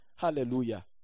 Hallelujah